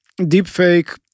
deepfake